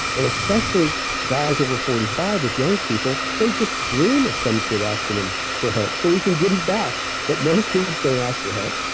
and especially guys over forty five with young people, they just dream of some kid asking them for help so we can give them back. but most kids don't ask for help,